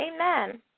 Amen